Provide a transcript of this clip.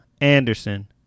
Anderson